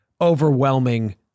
overwhelming